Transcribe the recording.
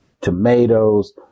tomatoes